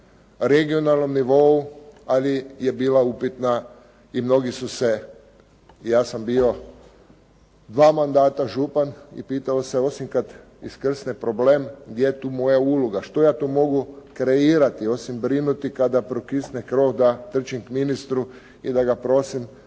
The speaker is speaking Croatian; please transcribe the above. regionalnom nivou, ali je bila upitna i mnogi su se, ja sam bio 2 mandata župan i pitao se osim kad iskrsne problem, gdje je tu moja uloga, što ja tu mogu kreirati, osim brinuti kada prokisne krov da trčim k ministru i da ga prosim